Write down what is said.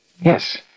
Yes